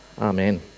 Amen